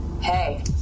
hey